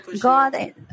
God